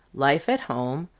life at home,